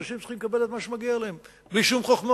אנשים צריכים לקבל את מה שמגיע להם בלי שום חוכמות,